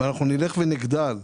ואנחנו נלך ונגדל.